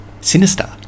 sinister